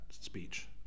speech